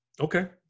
Okay